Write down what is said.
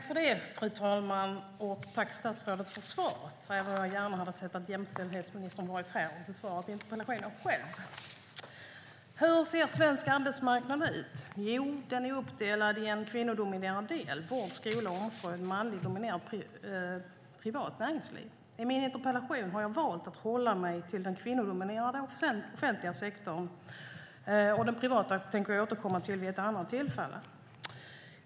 Fru talman! Tack, statsrådet, för svaret, även om jag gärna hade sett att jämställdhetsministern hade varit här och besvarat interpellationen själv. Hur ser svensk arbetsmarknad ut? Jo, den är uppdelad i en kvinnodominerad del, med vård, skola och omsorg, och ett manligt dominerat privat näringsliv. I min interpellation har jag valt att hålla mig till den kvinnodominerade offentliga sektorn. Den privata tänker jag återkomma till vid ett annat tillfälle.